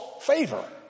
favor